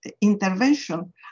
intervention